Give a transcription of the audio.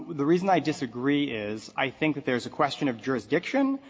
the reason i disagree is i think that there's a question of jurisdiction,